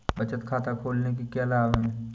बचत खाता खोलने के क्या लाभ हैं?